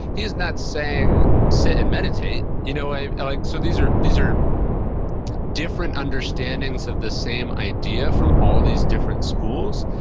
he's not saying, sit and meditate. you know like so, these are these are different understandings of the same idea from all these different schools.